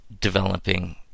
developing